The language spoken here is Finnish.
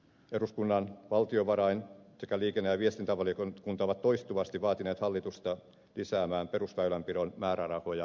eduskunnan valtiovarain sekä liikenne ja viestintävaliokunta ovat toistuvasti vaatineet hallitusta lisäämään perusväylänpidon määrärahoja